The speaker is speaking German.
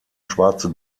schwarze